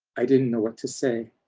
i didn't know what to say.